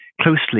closely